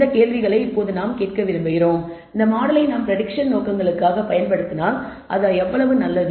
இந்த கேள்விகளை நாம் இப்போது கேட்க விரும்புகிறோம் இந்த மாடலை நாம் பிரடிக்சன் நோக்கங்களுக்காகப் பயன்படுத்தினால் அது எவ்வளவு நல்லது